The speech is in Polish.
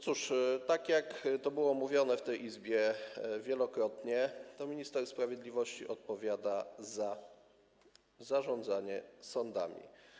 Cóż, tak jak już mówiono w tej Izbie wielokrotnie, to minister sprawiedliwości odpowiada za zarządzanie sądami.